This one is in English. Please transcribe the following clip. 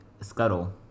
Scuttle